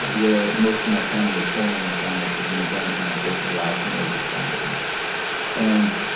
where most of my family was born in los alamos because my grandparents worked in the labs when they were just founded and